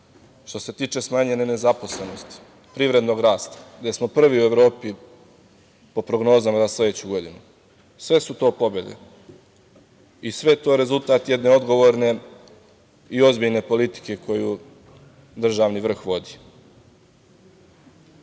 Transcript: Što se tiče smanjene nezaposlenosti, privrednog rasta, gde smo prvi u Evropi po prognozama za sledeću godinu, sve su to pobede i sve je to rezultat jedne odgovorne i ozbiljne politike koju državni vrh